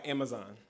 Amazon